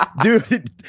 dude